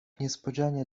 niespodzianie